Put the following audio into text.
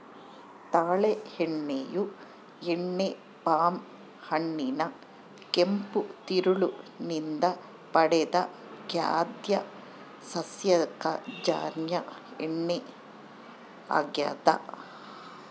ತಾಳೆ ಎಣ್ಣೆಯು ಎಣ್ಣೆ ಪಾಮ್ ಹಣ್ಣಿನ ಕೆಂಪು ತಿರುಳು ನಿಂದ ಪಡೆದ ಖಾದ್ಯ ಸಸ್ಯಜನ್ಯ ಎಣ್ಣೆ ಆಗ್ಯದ